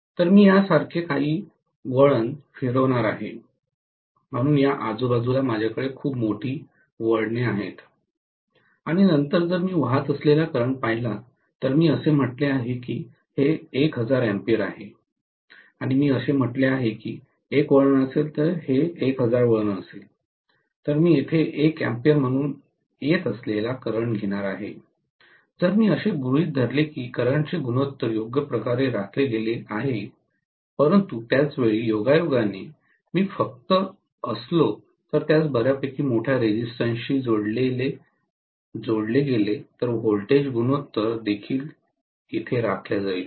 तर मी यासारखे काही वळण फिरवणार आहे म्हणून या आजूबाजूला माझ्याकडे खूप मोठी वळण आहेत आणि नंतर जर मी वाहत असलेला करंट पाहिला तर मी असे म्हटले आहे की हे 1000 A आहे आणि मी असे म्हटले आहे हे 1 वळण असेल तर हे 1000 वळण असेल तर मी येथे 1 A म्हणून येत असलेला करंट घेणार आहे जर मी असे गृहीत धरले की करंटचे गुणोत्तर योग्य प्रकारे राखले गेले आहे परंतु त्याच वेळी योगायोगाने मी फक्त असलो तर त्यास बऱ्या पैकी मोठ्या रेझिस्टन्सशी जोडले गेले तर व्होल्टेज गुणोत्तर देखील राखले जाईल